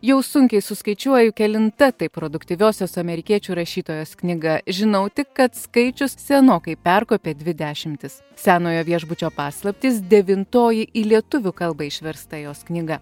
jau sunkiai suskaičiuoju kelinta tai produktyviosios amerikiečių rašytojos knyga žinau tik kad skaičius senokai perkopė dvi dešimtis senojo viešbučio paslaptys devintoji į lietuvių kalbą išversta jos knyga